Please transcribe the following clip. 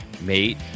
mate